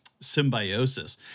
symbiosis